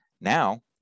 Now